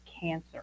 cancer